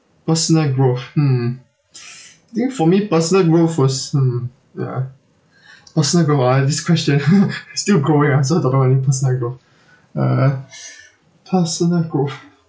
personal growth hmm I think for me personal growth was hmm ya personal growth ah this question I still growing ah so I don't know any personal growth uh personal growth